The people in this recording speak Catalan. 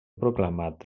proclamat